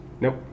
Nope